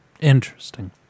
Interesting